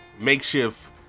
makeshift